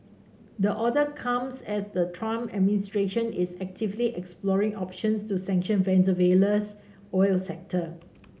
the order comes as the Trump administration is actively exploring options to sanction Venezuela's oil sector